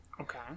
okay